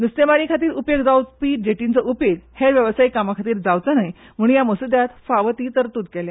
न्स्तेमारी खातीर उपेग जावपी जेटींचो उपेग हेर वेवसायीक कामाखातीर जावंचो न्ही म्हण हया मस्द्यांत फावो ती तरतूद केल्या